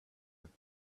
with